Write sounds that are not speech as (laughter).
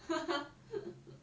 ha ha (breath)